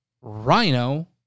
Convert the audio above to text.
rhino